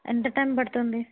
ఎంత టైం పడుతుంది